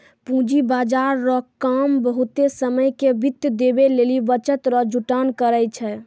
पूंजी बाजार रो काम बहुते समय के वित्त देवै लेली बचत रो जुटान करै छै